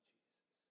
Jesus